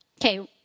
Okay